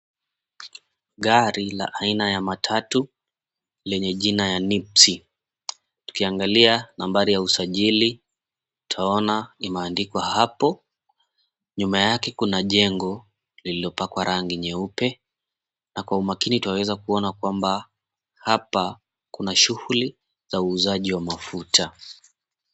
Gari la aina ya matatu lenye jina ya, Nipsey. Tukiangalia nambari ya usajili twaona limeandikwa hapo. Nyuma yake kuna jengo lililopakwa rangi nyeupe, na kwa umakini twaweza kuona kwamba hapa kuna shughuli za uuzaji wa mafuta.